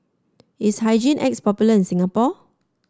is Hygin X popular in Singapore